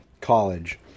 college